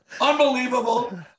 Unbelievable